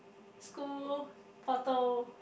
school portal